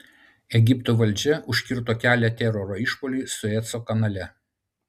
egipto valdžia užkirto kelią teroro išpuoliui sueco kanale